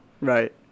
Right